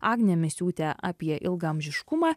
agne misiūte apie ilgaamžiškumą